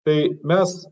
tai mes